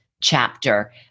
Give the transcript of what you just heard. chapter